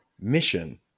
mission